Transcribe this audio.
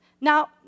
now